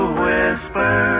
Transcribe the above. whisper